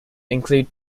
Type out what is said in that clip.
include